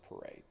parade